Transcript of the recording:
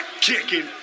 kicking